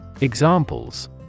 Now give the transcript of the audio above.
Examples